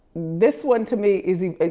this one, to me, is,